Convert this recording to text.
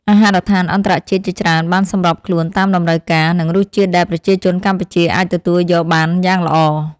អាហារដ្ឋានអន្តរជាតិជាច្រើនបានសម្របខ្លួនតាមតម្រូវការ និងរសជាតិដែលប្រជាជនកម្ពុជាអាចទទួលយកបានយ៉ាងល្អ។